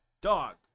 Dog